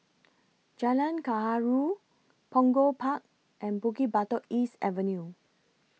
Jalan Gaharu Punggol Park and Bukit Batok East Avenue